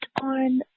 on